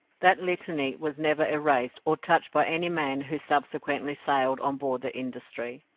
that litany was never erased or touched by any man who subsequently sailed on board the industry.